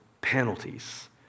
penalties